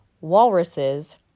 walruses